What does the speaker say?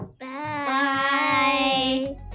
Bye